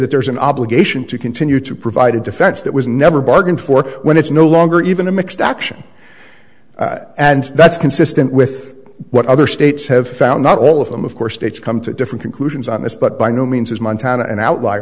that there's an obligation to continue to provide a defense that was never bargained for when it's no longer even a mixed action and that's consistent with what other states have found not all of them of course states come to different conclusions on this but by no means is montana an outl